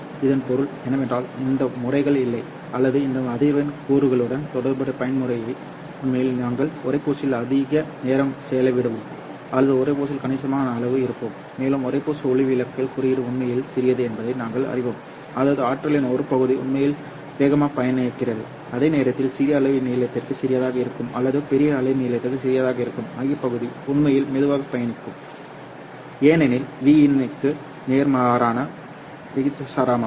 இதன் பொருள் என்னவென்றால் இந்த முறைகள் இல்லை அல்லது இந்த அதிர்வெண் கூறுகளுடன் தொடர்புடைய பயன்முறை உண்மையில் நாங்கள் உறைப்பூச்சில் அதிக நேரம் செலவிடுவோம் அல்லது உறைப்பூச்சில் கணிசமான அளவு இருப்போம் மேலும் உறைப்பூச்சு ஒளிவிலகல் குறியீடு உண்மையில் சிறியது என்பதை நாங்கள் அறிவோம் அதாவது ஆற்றலின் ஒரு பகுதி உண்மையில் வேகமாக பயணிக்கிறது அதே நேரத்தில் சிறிய அலைநீளத்திற்கு சிறியதாக இருக்கும் அல்லது பெரிய அலைநீளங்களுக்கு சிறியதாக இருக்கும் மைய பகுதி உண்மையில் மெதுவாக பயணிக்கும் ஏனெனில் V in க்கு நேர்மாறான விகிதாசாரமாகும்